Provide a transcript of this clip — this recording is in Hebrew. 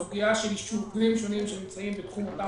הסוגיה של יישובים שונים שנמצאים בתחום אותה